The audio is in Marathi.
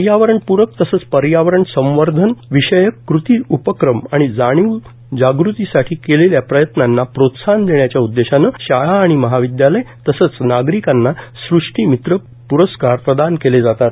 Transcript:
पर्यावरण प्रक तसंच पर्यावरण संवर्धन विषयक कृती उपक्रम आणि जाणीव जागृतीसाठी केलेल्या प्रयत्नांना प्रोत्साहन देण्याच्या उद्देशानं शाळा आणि महाविद्याल तसंच नागरिकांना सृष्टी मित्र प्रस्कार प्रदान केले जातात